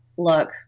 look